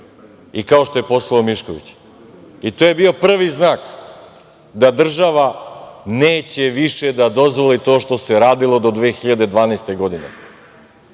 i kao što je poslovao Mišković. I to je bio prvi znak da država neće više da dozvoli to što se radilo do 2012. godine.